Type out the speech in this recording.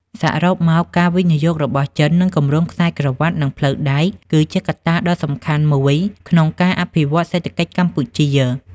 សរុបមក ការវិនិយោគរបស់ចិន និងគម្រោងខ្សែក្រវាត់ និងផ្លូវ គឺជាកត្តាដ៏សំខាន់មួយក្នុងការអភិវឌ្ឍន៍សេដ្ឋកិច្ចកម្ពុជា។